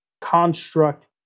construct